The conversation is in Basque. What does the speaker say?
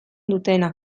dutena